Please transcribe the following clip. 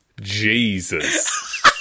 Jesus